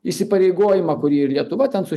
įsipareigojimą kurį ir lietuva ten su